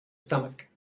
stomach